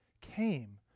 came